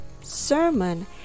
Sermon